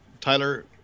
Tyler